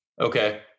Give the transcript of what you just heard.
Okay